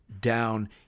down